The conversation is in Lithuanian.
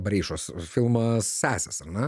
bareišos filmas sesės ar ne